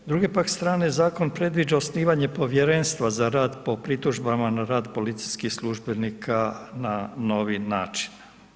S druge pak strane zakon predviđa osnivanje povjerenstva za rad po pritužbama na rad policijskih službenika na novi način.